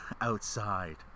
Outside